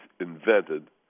invented